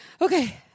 Okay